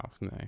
no